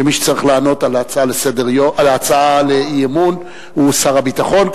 שמי שצריך לענות על הצעת האי-אמון הוא שר הביטחון,